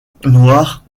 noires